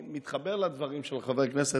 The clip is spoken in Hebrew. אתה רוצה לחזור